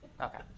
Okay